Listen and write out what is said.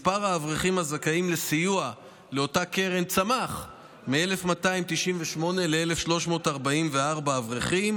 מספר האברכים הזכאים לסיוע לאותה קרן צמח מ-1,298 ל-1,344 אברכים,